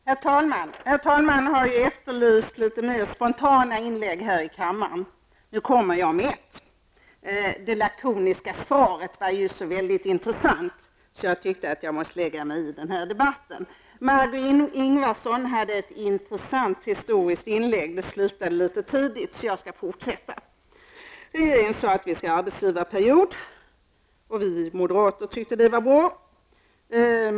Herr talman! Talmannen har ju efterlyst litet mer spontana inlägg här i kammaren. Nu kommer jag med ett. Det lakoniska svaret var ju så intressant att jag tyckte att jag måste lägga mig i den här debatten. Margó Ingvardsson gjorde ett intressant historiskt inlägg. Det slutade litet tidigt, så jag skall därför fortsätta. Regeringen sade att vi skall ha en arbetsgivarperiod, och vi moderater tyckte att det var bra.